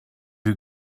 you